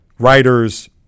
writers